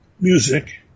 music